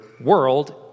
world